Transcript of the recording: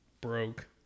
broke